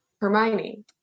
Hermione